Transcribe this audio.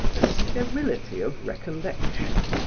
a sterility of recollection,